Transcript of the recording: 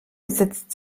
besitzt